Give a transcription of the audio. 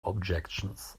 objections